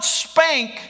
spank